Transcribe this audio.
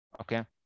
Okay